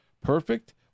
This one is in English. perfect